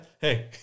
hey